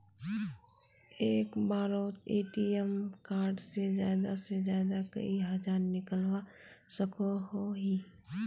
एक बारोत ATM card से ज्यादा से ज्यादा कई हजार निकलवा सकोहो ही?